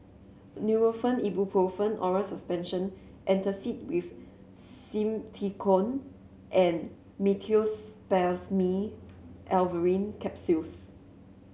Nurofen Ibuprofen Oral Suspension Antacid with Simethicone and Meteospasmyl Alverine Capsules